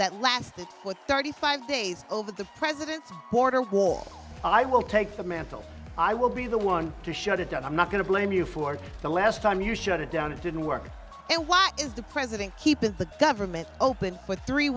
that lasted for thirty five days over the president's border war i will take the mantle i will be the one to shut it down i'm not going to blame you for the last time you shut it down it didn't work and why is the president keeping the government open for three